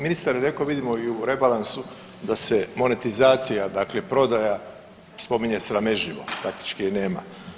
Ministar je rekao vidimo i u rebalansu da se monetizacija, dakle prodaja spominje sramežljivo, praktički je nema.